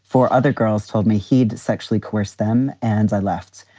four other girls told me he'd sexually coerce them. and i left.